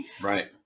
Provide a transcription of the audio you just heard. Right